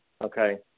Okay